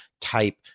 type